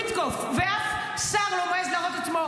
פעם, בכל השנתיים האלה, אמרתי לך משהו?